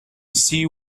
she